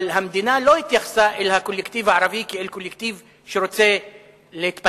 אבל המדינה לא התייחסה אל הקולקטיב הערבי כאל קולקטיב שרוצה להתפתח,